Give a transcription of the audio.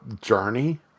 journey